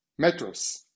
Metros